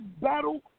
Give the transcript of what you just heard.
battle